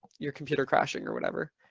your computer crashing or whatever.